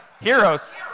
Heroes